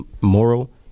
moral